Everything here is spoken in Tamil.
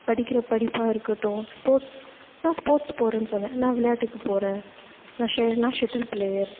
படிக்கிற படிப்பாக இருக்கட்டும் ஸ்போர்ட்ஸ் நான் ஸ்போர்ட்ஸ் போகிறேன்னு சொன்னேன் நான் விளையாட்டுக்கு போகிறேன் நான் ஷே நான் ஷெட்டில் பிளேயர்